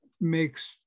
makes